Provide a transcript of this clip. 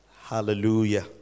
Hallelujah